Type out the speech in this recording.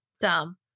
Dumb